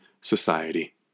society